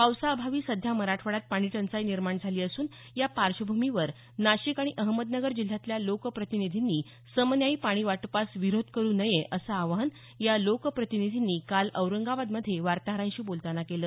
पावसा अभावी सध्या मराठवाड्यात पाणी टंचाई निर्माण झाली असून या पार्श्वभूमीवर नाशिक आणि अहमदनगर जिल्ह्यातल्या लोक प्रतिनिधींनी समन्यायी पाणी वाटपास विरोध करू नये असं आवाहन या लोक प्रतिनिधींनी काल औरंगाबादमध्ये वार्ताहरांशी बोलतांना केलं